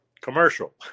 Commercial